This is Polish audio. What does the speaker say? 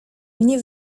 mnie